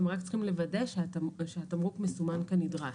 הם רק צריכים לוודא שהתמרקו מסומן כנדרש.